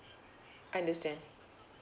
understand